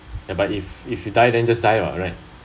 ya but if if you die then just die [what] right